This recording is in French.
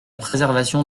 préservation